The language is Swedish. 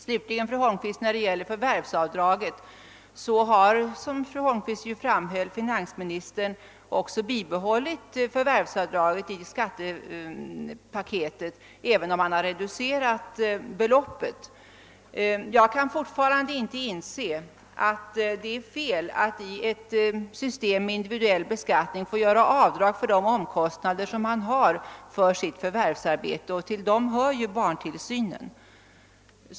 Som fru Holmqvist framhöll har finansministern bibehållit förvärvsavdraget i skattepaketet, även om han reducerat beloppet. Jag kan fortfarande inte inse att det är felaktigt att man i ett system med individuell beskattning skall få göra avdrag för de omkostnader man har för sitt förvärvsarbete, och till dem hör barntillsynen.